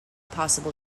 possible